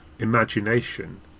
imagination